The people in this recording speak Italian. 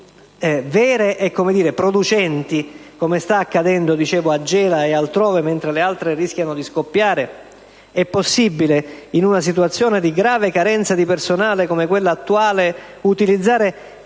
È possibile, in una situazione di grave carenza di personale come quella attuale, utilizzare